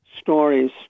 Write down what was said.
stories